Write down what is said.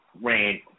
ran